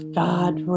god